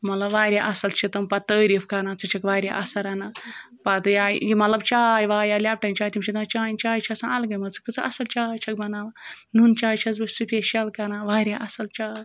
مطلب واریاہ اَصٕل چھِ تِم پَتہٕ تعاریٖف کَران ژٕ چھَکھ واریاہ اَصٕل رَنان پَتہٕ یا یہِ مطلب چاے واے یا لٮ۪پٹَن چاے تِم چھِ دَپان چانہِ چایہِ چھِ آسان الگٕے مَزٕ ژٕ کۭژاہ اَصٕل چاے چھَکھ بَناوان نُن چاے چھٮ۪س بہٕ سپیشَل کَران واریاہ اَصٕل چاے